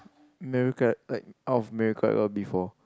miracle like out of miracle I got a B four